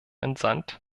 entsandt